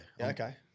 Okay